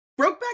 Brokeback